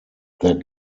their